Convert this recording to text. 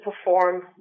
perform